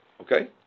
Okay